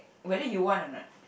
whether you want or not